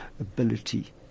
ability